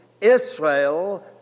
Israel